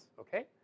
okay